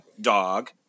dog